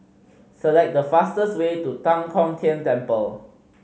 select the fastest way to Tan Kong Tian Temple